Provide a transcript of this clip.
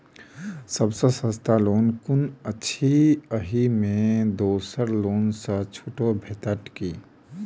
सब सँ सस्ता लोन कुन अछि अहि मे दोसर लोन सँ छुटो भेटत की?